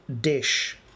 dish